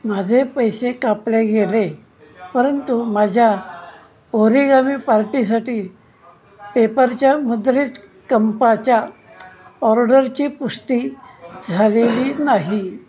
माझे पैसे कापले गेले परंतु माझ्या ओरीगामी पार्टीसाठी पेपरच्या मुद्रित कंपाच्या ऑर्डरची पुष्टी झालेली नाही